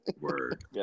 word